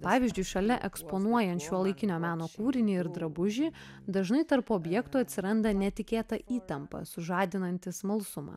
pavyzdžiui šalia eksponuojant šiuolaikinio meno kūrinį ir drabužį dažnai tarp objektų atsiranda netikėta įtampa sužadinanti smalsumą